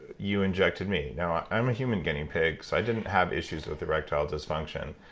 you injected me. now, i'm a human guinea pig, so i didn't have issues with erectile dysfunction,